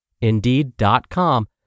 Indeed.com